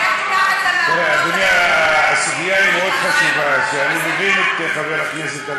אבל הבית היהודי מסתפקים בלדבר רק קצת ולקחת הרבה.